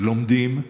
לומדים,